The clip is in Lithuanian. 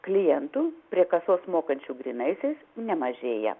klientų prie kasos mokančių grynaisiais nemažėja